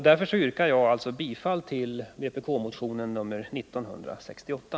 Därför yrkar jag bifall till vpk-motionen nr 1968.